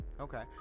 okay